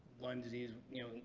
lyme disease, you know,